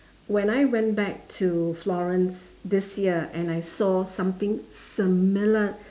when I went back to florence this year and I saw something similar